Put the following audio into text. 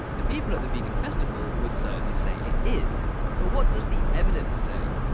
the people at the vegan festival would certainly say it is but what does the evidence say?